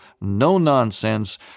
no-nonsense